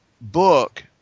book